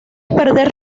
perder